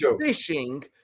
fishing